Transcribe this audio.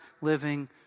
living